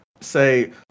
say